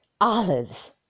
olives